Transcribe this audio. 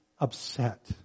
upset